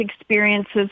experiences